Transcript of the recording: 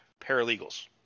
Paralegals